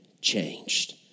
changed